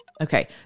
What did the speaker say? Okay